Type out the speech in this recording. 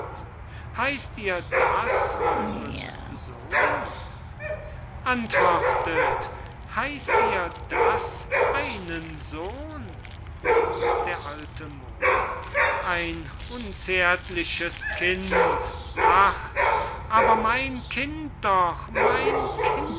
heißt ihr das euren sohn antwortet heißt ihr das einen sohn d a moor ein unzärtliches kind ach aber mein kind doch mein kind